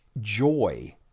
joy